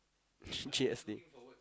G G_S_T